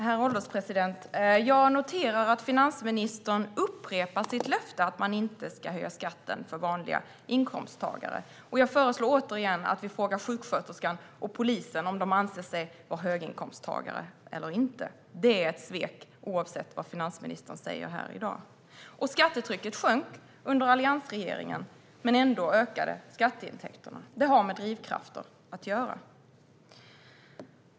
Herr ålderspresident! Jag noterar att finansministern upprepar sitt löfte att inte höja skatten för vanliga inkomsttagare. Jag föreslår återigen att vi frågar sjuksköterskan och polisen om de anser sig vara höginkomsttagare. Detta är ett svek, oavsett vad finansministern säger här i dag. Skattetrycket sjönk under alliansregeringen, men ändå ökade skatteintäkterna. Det har med drivkrafter att göra.